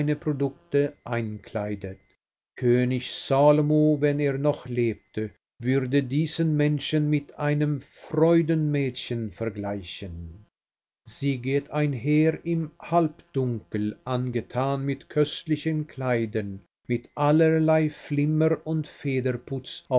produkte einkleidet könig salomo wenn er noch lebte würde diesen menschen mit einem freudenmädchen vergleichen sie geht einher im halbdunkel angetan mit köstlichen kleidern mit allerlei flimmer und federputz